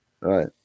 Right